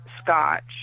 scotch